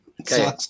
Okay